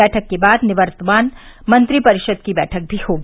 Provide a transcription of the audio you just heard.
बैठक के बाद निवर्तमान मंत्रिपरिषद की बैठक भी होगी